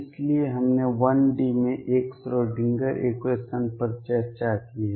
इसलिए हमने 1D में एक श्रोडिंगर इक्वेशन Schrödinger equation पर चर्चा की है